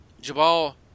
Jabal